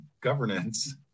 governance